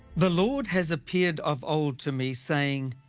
the lord has appeared of old to me saying,